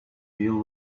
deal